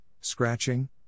scratching